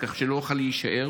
כך שלא אוכל להישאר.